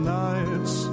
nights